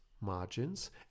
margins